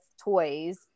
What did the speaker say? toys